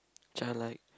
childlike